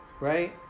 Right